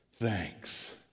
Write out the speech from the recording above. thanks